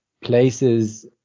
places